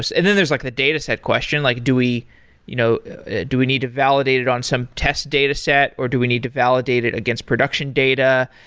and then there's like the data set question, like do we you know do we need to validate it on some test data set, or do we need to validate it against production data.